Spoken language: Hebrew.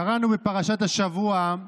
קראנו בפרשת השבוע: